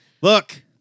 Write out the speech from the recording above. Look